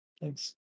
Thanks